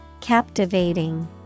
Captivating